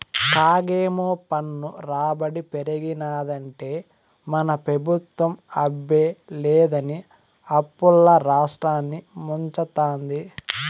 కాగేమో పన్ను రాబడి పెరిగినాదంటే మన పెబుత్వం అబ్బే లేదని అప్పుల్ల రాష్ట్రాన్ని ముంచతాంది